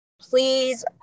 please